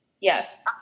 Yes